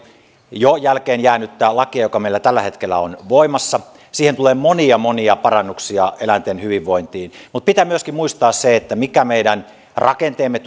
jo jälkeenjäänyttä lakia joka meillä tällä hetkellä on voimassa siihen tulee monia monia parannuksia eläinten hyvinvointiin mutta pitää myöskin muistaa se mikä meidän rakenteemme